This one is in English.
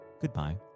goodbye